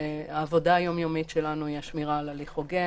העבודה היום יומית שלנו היא השמירה על הליך הוגן.